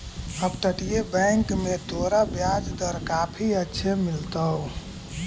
अपतटीय बैंक में तोरा ब्याज दर काफी अच्छे मिलतो